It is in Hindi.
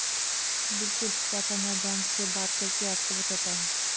बिल्कुल चाचा में बैंक से बात करके आपको बताता हूं